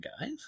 guys